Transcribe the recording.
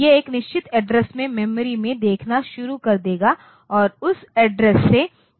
यह एक निश्चित एड्रेस से मेमोरी में देखना शुरू कर देगा और उस एड्रेस से यह एक इंस्ट्रक्शन लाएगा